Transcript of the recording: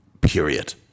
period